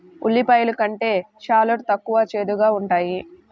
ఉల్లిపాయలు కంటే షాలోట్ తక్కువ చేదుగా ఉంటాయి